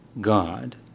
God